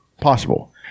possible